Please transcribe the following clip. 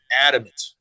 adamant